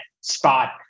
spot